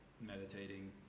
meditating